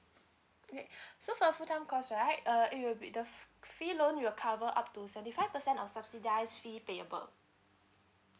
okay so for a full time cause right uh it will be the fee loan will cover up to seventy five percent of subsidise fee payable